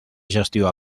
gestió